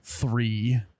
Three